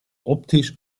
optisch